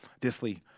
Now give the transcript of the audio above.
Disley